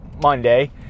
Monday